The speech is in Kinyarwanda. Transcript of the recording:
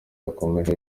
yakomeje